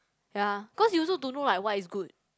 ya cause you also don't know like what is good